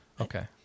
Okay